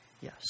Yes